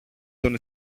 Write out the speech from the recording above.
τον